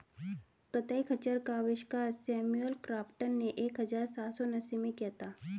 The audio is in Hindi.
कताई खच्चर का आविष्कार सैमुअल क्रॉम्पटन ने एक हज़ार सात सौ उनासी में किया था